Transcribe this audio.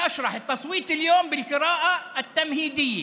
ההצבעה היום היא בקריאה טרומית.